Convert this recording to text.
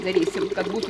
darysim kad būtų